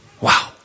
Wow